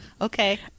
Okay